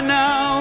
now